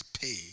pay